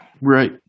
Right